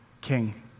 king